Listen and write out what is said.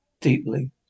deeply